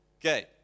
Okay